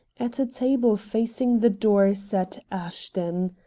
at a table facing the door sat ashton.